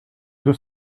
deux